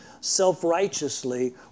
self-righteously